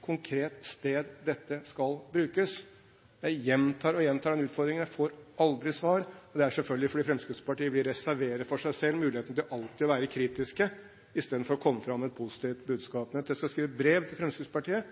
konkret sted hvor dette skal brukes. Jeg gjentar og gjentar den utfordringen, men jeg får aldri svar. Det er selvfølgelig fordi Fremskrittspartiet vil reservere for seg selv muligheten til alltid å være kritiske, istedenfor å komme fram med et positivt budskap. Jeg tror jeg skal skrive et brev til Fremskrittspartiets